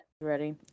ready